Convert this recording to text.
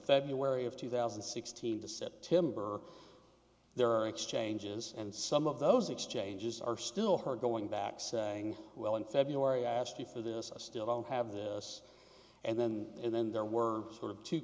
february of two thousand and sixteen to september there are exchanges and some of those exchanges are still her going back saying well in february i asked you for this i still don't have this and then and then there were sort of two